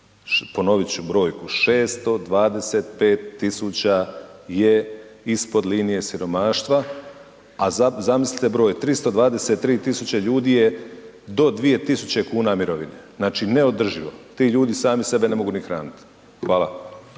ponovit ću brojku 625 tisuća je ispod linije siromaštva, a zamislite broj 323 tisuće ljudi je do 2000 kn mirovine, znači neodrživo. Ti ljudi sami sebe ne mogu ni hraniti. Hvala.